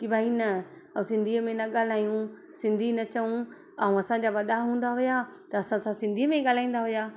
की भई न ऐं सिंधीअ में न ॻाल्हायूं सिंधी न चयूं ऐं असांजा वॾा हूंदा हुआ त असां सां सिंधीअ में ई ॻाल्हाईंदा हुआ